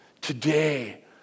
today